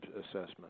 assessment